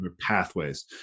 pathways